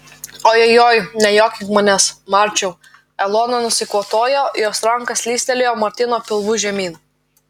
ojojoi nejuokink manęs marčiau elona nusikvatojo jos ranka slystelėjo martyno pilvu žemyn